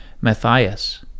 Matthias